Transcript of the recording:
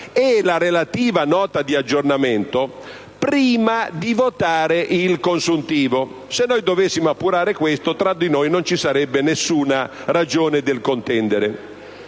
e la relativa Nota di aggiornamento, prima di votare il consuntivo. Se noi dovessimo appurare questo, tra di noi non ci sarebbe alcuna ragione del contendere,